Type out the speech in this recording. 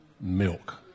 milk